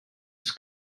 ist